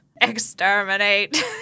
Exterminate